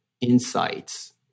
insights